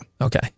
Okay